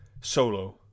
solo